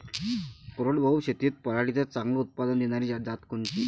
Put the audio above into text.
कोरडवाहू शेतीत पराटीचं चांगलं उत्पादन देनारी जात कोनची?